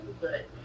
good